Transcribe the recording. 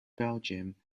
belgium